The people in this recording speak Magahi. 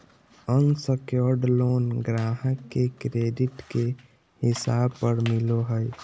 अनसेक्योर्ड लोन ग्राहक के क्रेडिट के हिसाब पर मिलो हय